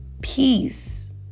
peace